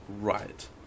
Right